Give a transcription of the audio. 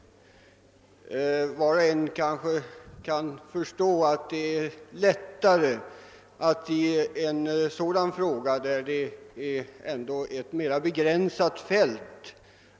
Var och en kan förstå att det är lättare att skära av ett sådant område där det gäller ett mera begränsat fält.